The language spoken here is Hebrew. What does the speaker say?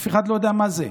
אף אחד לא יודע מה זה.